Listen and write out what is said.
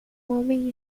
homem